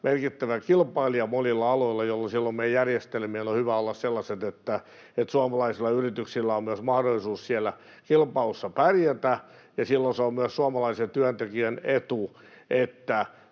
merkittävä kilpailija monilla aloilla, jolloin meidän järjestelmien on hyvä olla sellaiset, että suomalaisilla yrityksillä on myös mahdollisuus siellä kilpailussa pärjätä, ja silloin se on myös suomalaisen työntekijän etu, että